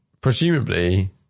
Presumably